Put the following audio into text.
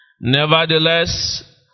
Nevertheless